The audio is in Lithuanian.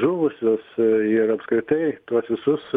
žuvusius ir apskritai tuos visus